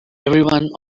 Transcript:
everyone